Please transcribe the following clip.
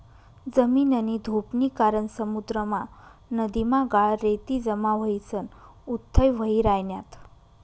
जमीननी धुपनी कारण समुद्रमा, नदीमा गाळ, रेती जमा व्हयीसन उथ्थय व्हयी रायन्यात